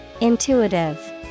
Intuitive